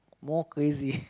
more crazy